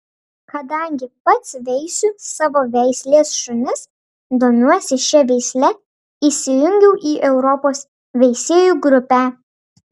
kadangi pats veisiu savo veislės šunis domiuosi šia veisle įsijungiau į europos veisėjų grupę